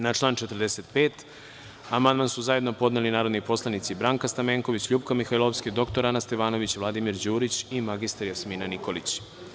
Na član 45. amandman su zajedno podneli narodni poslanici Branka Stamenković, LJupka Mihajlovska, dr Ana Stevanović, Vladimir Đurić i mr Jasmina Nikolić.